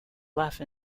laugh